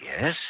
Yes